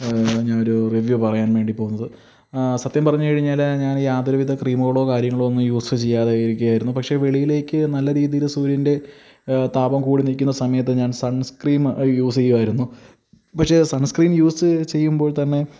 ഞാനൊരു റിവ്യൂ പറയാന് വേണ്ടി പോകുന്നത് സത്യം പറഞ്ഞു കഴിഞ്ഞാൽ ഞാൻ യാതൊരു വിധ ക്രീമുകളോ കാര്യങ്ങളോ ഒന്നും യൂസ് ചെയ്യാതെ ഇരിക്കുവായിരുന്നു പക്ഷെ വെളിയിലേക്കു നല്ല രീതിയിൽ സൂര്യന്റെ താപം കൂടി നിൽക്കുന്ന സമയത്തു ഞാന് സണ്സ്ക്രീൻ യൂസ് ചെയ്യുമായിരുന്നു പക്ഷെ സണ്സ്ക്രീൻ യൂസ് ചെയ്യുമ്പോൾത്തന്നെ